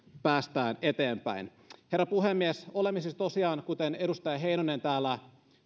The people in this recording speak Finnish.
päästään eteenpäin herra puhemies olemme siis tosiaan kuten edustaja heinonen täällä